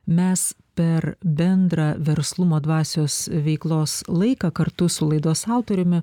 mes per bendrą verslumo dvasios veiklos laiką kartu su laidos autoriumi